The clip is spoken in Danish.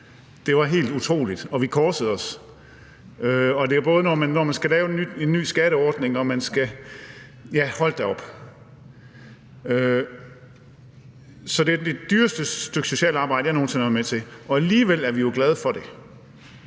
Det var helt utroligt, og vi korsede os. Det er, når man skal lave en ny skatteordning – hold da op. Det er det dyreste stykke socialarbejde, jeg nogen sinde har været med til, og alligevel er vi jo glade for det.